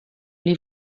les